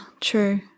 true